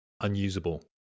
unusable